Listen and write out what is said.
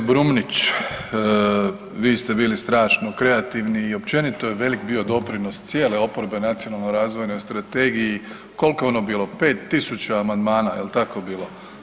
G. Brumnić, vi ste bili strašno kreativni i općenito velik je bio doprinos cijele oporbe Nacionalnoj razvojnoj strategiji, koliko je bilo 5000 amandmana, jel tako bilo?